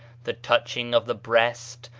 the touching of the breast,